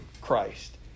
Christ